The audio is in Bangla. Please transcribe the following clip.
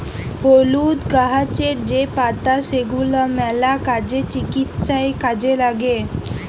হলুদ গাহাচের যে পাতা সেগলা ম্যালা কাজে, চিকিৎসায় কাজে ল্যাগে